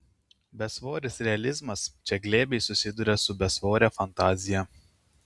besvoris realizmas čia glebiai susiduria su besvore fantazija